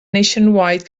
nationwide